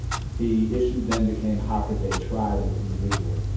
the issue then became how could they try this individual?